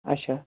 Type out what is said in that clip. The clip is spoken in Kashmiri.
اَچھا